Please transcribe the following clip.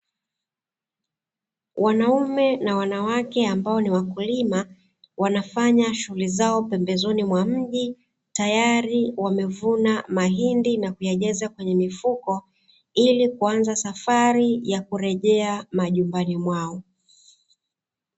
Wanaume na wanawake ambao ni wakulima wanafanya shughuli zao pembezoni mwa mji, tayari wamevuana mahindi na kuyajaza kwenye mifuko ili kuanza safari ya kurejea majumbani mwao.